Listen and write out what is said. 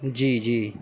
جی جی